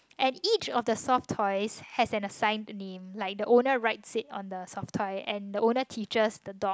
and each of the soft toys has an assigned name like the owner writes it on the soft toy and the owner teaches the dog